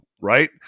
right